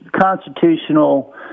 constitutional